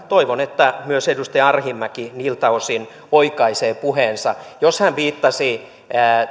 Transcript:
toivon että myös edustaja arhinmäki niiltä osin oikaisee puheensa jos hän viittasi